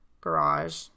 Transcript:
garage